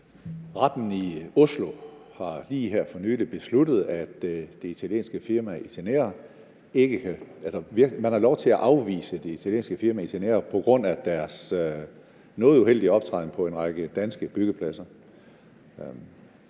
Retten i Oslo har lige her for nylig besluttet, at man har lov til at afvise det italienske firma Itinera på grund af deres noget uheldige optræden på en række danske byggepladser.